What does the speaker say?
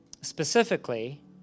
specifically